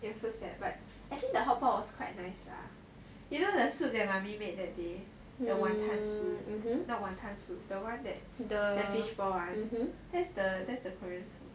it's so sad but actually the hotpot was quite nice lah you know the soup that mummy made that day the wanton soup not wanton soup the one that the fishball [one] that's the korean soup